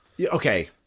Okay